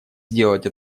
сделать